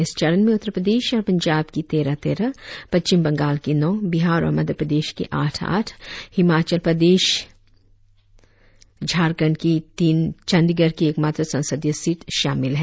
इस चरण में उत्तर प्रदेश और पंजाब की तेर तेरह पश्चिम बंगाल की नौ बिहार और मध्यप्रदेश की आठ आठ हिलाचल प्रदेश ई सबी चार झारखंड की तीन चंडीगढ़ की एकमात्र संसदीय सीट शामिल है